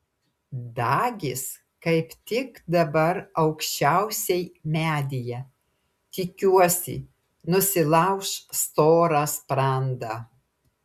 dagis kaip tik dabar aukščiausiai medyje tikiuosi nusilauš storą sprandą